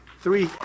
Three